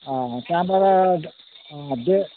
अँ त्यहाँबाट त्यो